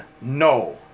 no